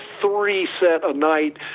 three-set-a-night